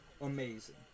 amazing